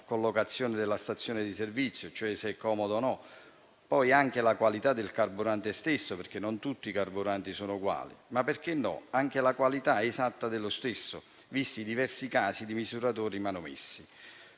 collocazione della stazione di servizio, cioè se è comoda o meno; la qualità del carburante stesso, perché non tutti sono uguali; e, perché no, anche la qualità esatta dello stesso distributore, visti i diversi casi di misuratori manomessi.